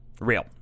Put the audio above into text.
Real